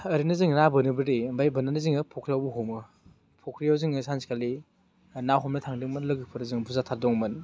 ओरैनो जोङो ना बोनोदि ओमफ्राय बोननानै जोङो फख्रियावबो हमो फख्रियाव जोङो सानसेखालि ना हमनो थांदोंमोन लोगोफोर जों बुरजाथार दंमोन